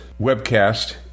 webcast